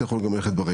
אתה יכול גם ללכת ברגל.